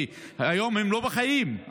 שהיום הם לא בחיים,